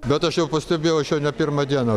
bet aš jau pastebėjau aš jau ne pirmą dieną